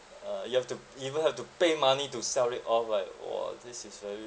ah you have to even have to pay money to sell it off right !wah! this is very